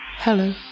Hello